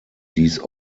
dies